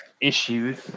issues